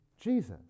Jesus